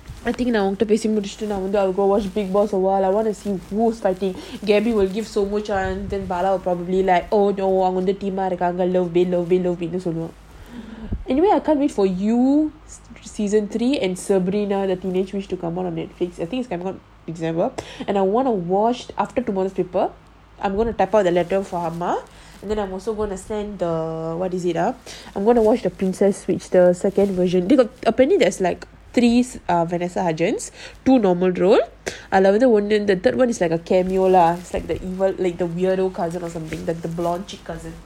I think now I want to உங்கிட்டபேசிமுடிச்சிட்டு:ungakita pesi mudichitu I want to watch big boss I want to see bruce fighting anyway I can't wait for new season three and இருக்காங்க:irukanga to come out on netflix I think it's coming out on december and I want to watch after tomorrow's paper I'm gonna type out a letter for and then I'm also gonna send the what is it ah I'm gonna watch the princess switches second version they got apparently there's like three vanessa to normal the third one is like lah is like the evil like the weirdo cousin or something like the biological cousin